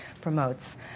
promotes